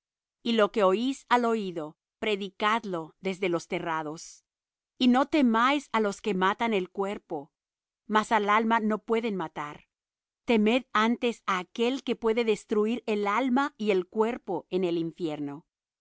y lo que oís al oído predicadlo desde los terrados y no temáis á los que matan el cuerpo mas al alma no pueden matar temed antes á aquel que puede destruir el alma y el cuerpo en el infierno